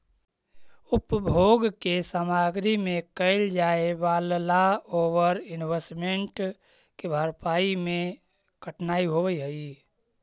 उपभोग के सामग्री में कैल जाए वालला ओवर इन्वेस्टमेंट के भरपाई में कठिनाई होवऽ हई